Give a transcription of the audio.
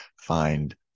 find